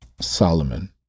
Solomon